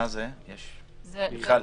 מה זה, מיכל?